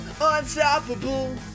unstoppable